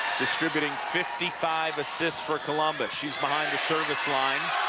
distributing fifty five assists for columbus she is behind the service line,